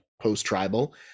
post-tribal